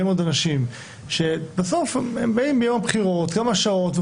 מאוד אנשים בסוף הם באים ביום הבחירות לכמה שעות,